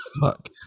Fuck